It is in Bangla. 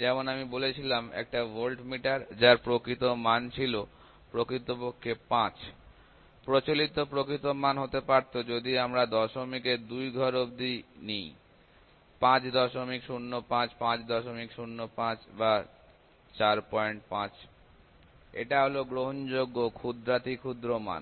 যেমন আমি বলেছিলাম একটা ভোল্টমিটার যার প্রকৃত মান ছিল প্রকৃতপক্ষে ৫ প্রচলিত প্রকৃত মান হতে পারত যদি আমি দশমিকের দুই ঘর অবধি নিই ৫ দশমিক ৫০৫ ৫০৫ বা ৪৫ এটা হল গ্রহণযোগ্য ক্ষুদ্রাতিক্ষুদ্র মান